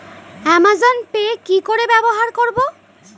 Amazon Pay কি করে ব্যবহার করব?